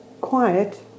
quiet